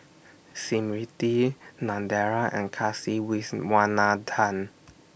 Smriti Narendra and Kasiviswanathan